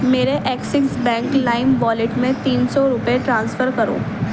میرے Axis bank lime wallet میں تین سو روپئے ٹرانسفر کرو